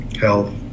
health